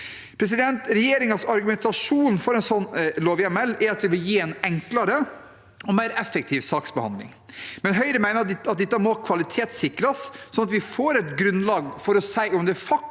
Regjeringens argumentasjon for en slik lovhjemmel er at det vil gi en enklere og mer effektiv saksbehandling. Men Høyre mener at dette må kvalitetssikres, slik at vi får et grunnlag for å si om det faktisk